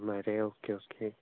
तशें मरे okay okay